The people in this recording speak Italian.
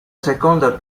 seconda